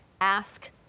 ask